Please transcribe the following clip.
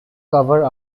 cover